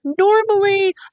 normally